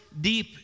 deep